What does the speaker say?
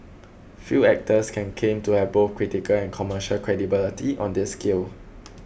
few actors can claim to have both critical and commercial credibility on this scale